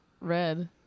red